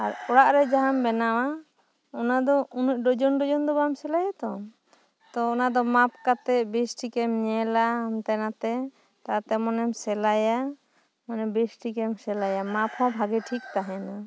ᱟᱨ ᱚᱲᱟᱜ ᱨᱮ ᱡᱟᱦᱟᱸᱢ ᱵᱮᱱᱟᱣᱟ ᱚᱱᱟ ᱫᱚ ᱩᱱᱟᱹᱜ ᱰᱚᱡᱚᱱ ᱰᱚᱡᱚᱱ ᱫᱚ ᱵᱟᱢ ᱥᱤᱞᱟᱭᱟ ᱛᱚ ᱛᱚ ᱚᱱᱟ ᱫᱚ ᱢᱟᱯ ᱠᱟᱛᱮ ᱵᱮᱥ ᱴᱷᱤᱠᱮᱢ ᱧᱮᱞᱟ ᱦᱟᱱᱛᱮ ᱱᱷᱟᱛᱮ ᱛᱟᱛᱮ ᱢᱚᱱᱮᱢ ᱥᱮᱞᱟᱭᱟ ᱢᱟᱱᱮ ᱵᱮᱥ ᱴᱷᱤᱠ ᱮᱢ ᱥᱮᱞᱟᱭᱟ ᱢᱟᱯ ᱦᱚ ᱵᱷᱟᱜᱮ ᱴᱷᱤᱠ ᱛᱟᱦᱮᱱᱟ